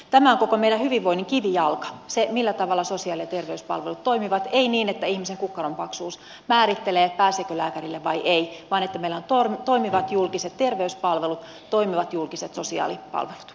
tämä on koko meidän hyvinvointimme kivijalka se millä tavalla sosiaali ja terveyspalvelut toimivat ei niin että ihmisen kukkaron paksuus määrittelee pääseekö lääkärille vai ei vaan että meillä on toimivat julkiset terveyspalvelut toimivat julkiset sosiaalipalvelut